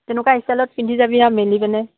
তেনেকুৱা ষ্টাইলত পিন্ধি যাবি আৰু মেলি পিনে